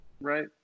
Right